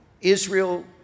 Israel